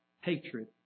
hatred